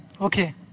Okay